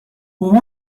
were